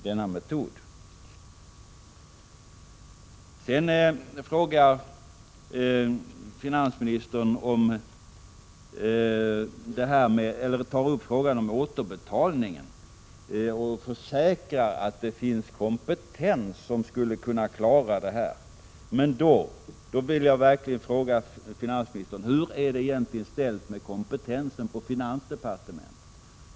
Sedan tar finansministern upp frågan om återbetalningen och försäkrar att det finns kompetenta människor som skulle kunna klara detta. Men då vill jag fråga finansministern: Hur är det egentligen ställt med kompetensen inom finansdepartementet?